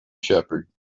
shepherd